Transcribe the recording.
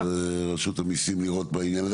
תרשמי לפנות לשר האוצר ולרשות המיסים לראות את העניין הזה.